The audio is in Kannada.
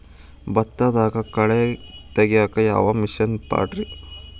ಭತ್ತದಾಗ ಕಳೆ ತೆಗಿಯಾಕ ಯಾವ ಮಿಷನ್ ಪಾಡ್ರೇ?